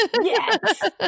yes